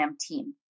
team